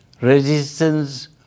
Resistance